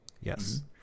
Yes